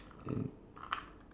uh